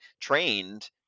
trained